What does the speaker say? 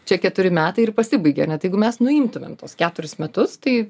čia keturi metai ir pasibaigia ar ne tai jeigu mes nuimtumėm tuos keturis metus tai